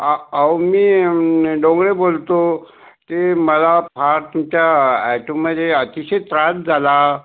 अहो मी डोंगरे बोलतो ते मला फार तुमच्या अ ॲटो मध्ये अतिशय त्रास झाला